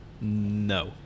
No